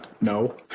No